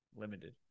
limited